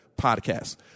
podcast